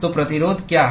तो प्रतिरोध क्या हैं